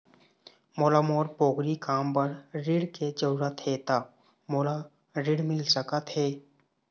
मोला मोर पोगरी काम बर ऋण के जरूरत हे ता मोला ऋण मिल सकत हे?